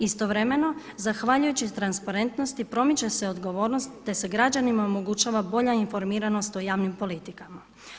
Istovremeno, zahvaljujući transparentnosti promiče se odgovornost te se građanima omogućava bolja informiranost o javnim politikama.